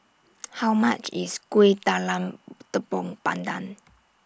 How much IS Kueh Talam Tepong Pandan